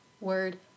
word